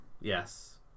Yes